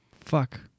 Fuck